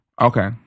Okay